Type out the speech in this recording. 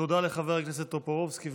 תודה לחבר הכנסת טופורובסקי.